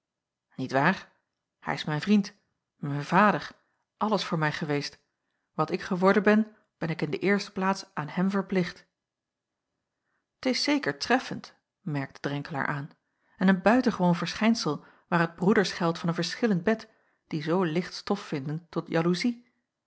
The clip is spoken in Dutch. niet waar hij is mijn vriend mijn vader alles voor mij geweest wat ik geworden ben ben ik in de eerste plaats aan hem verplicht t is zeker treffend merkte drenkelaer aan en een buitengewoon verschijnsel waar t broeders geldt van een verschillend bed die zoo licht stof vinden tot jaloezie